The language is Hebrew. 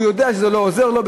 הוא יודע שזה לא עוזר לו,